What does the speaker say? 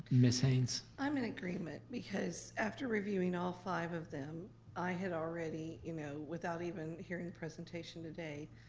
miss haynes? i'm in agreement because after reviewing all five of them i had already, you know without even hearing the presentation today,